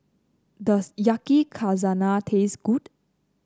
does Yakizakana taste good